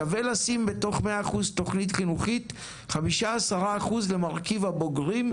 שווה לשים בתוך 100% תכנית חינוכית 5-10% למרכיב הבוגרים,